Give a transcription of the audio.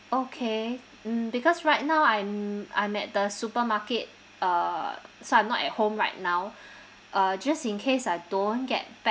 okay mm because right now I'm I'm at the supermarket uh so I'm not at home right now uh just in case I don't get back